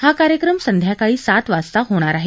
हा कार्यक्रम संध्याकाळी सात वाजता होणार आहे